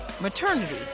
Maternity